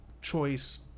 Choice